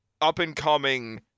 up-and-coming